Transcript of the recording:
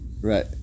Right